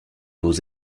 beaux